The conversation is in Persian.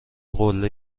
قله